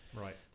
right